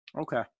Okay